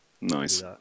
Nice